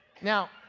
Now